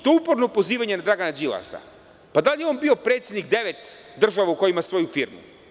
To uporno prozivanje Dragana Đilasa, pa da li je on bio predsednik devet država u kojima ima svoju firmu?